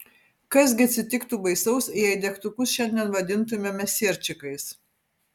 kas gi atsitiktų baisaus jei degtukus šiandien vadintumėme sierčikais